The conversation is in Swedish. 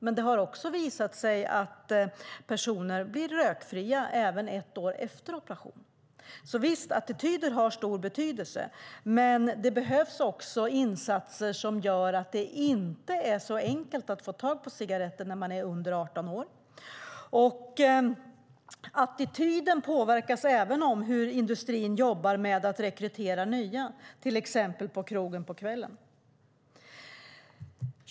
Men det har också visat sig att personer blir rökfria även ett år efter operation. Visst, attityder har stor betydelse. Men det behövs också insatser som gör att det inte är enkelt att få tag i cigaretter när man är under 18 år. Attityden påverkas även av hur industrin jobbar med att rekrytera nya rökare, till exempel på krogen på kvällen.